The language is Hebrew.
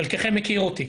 חלקכם מכיר אותי,